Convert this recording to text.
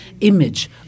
image